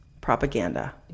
propaganda